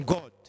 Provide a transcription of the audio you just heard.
God